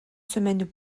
semaines